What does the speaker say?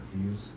fuse